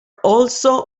also